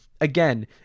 again